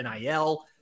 NIL